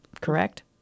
correct